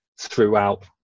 throughout